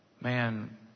man